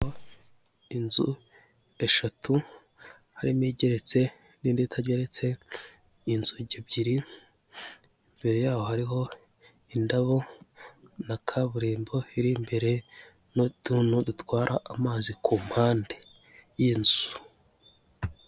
Inzu eshatu harimo igeretse n'indi itageretse, inzugi ebyiri mbere yaho hariho indabo na kaburimbo iri imbere n'utuntu dutwara amazi ku mpande y'inzu.